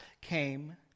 came